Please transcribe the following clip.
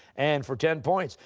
and for ten points,